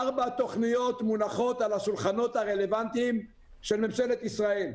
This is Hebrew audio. שארבע תכניות מונחות על השולחנות הרלוונטיים של ממשלת ישראל.